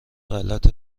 غلط